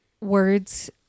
words